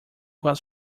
was